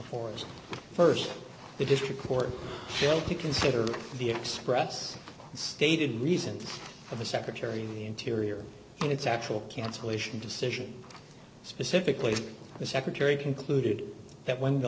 forest st the district court will you consider the express stated reason of the secretary of the interior and its actual cancellation decision specifically the secretary concluded that when the